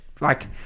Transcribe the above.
Like-